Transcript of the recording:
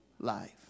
life